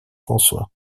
françois